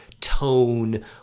tone